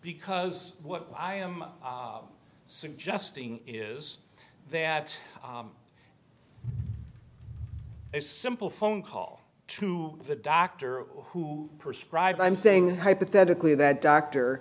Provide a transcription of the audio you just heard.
because what i am suggesting is that a simple phone call to the doctor who prescribed i'm staying hypothetically that doctor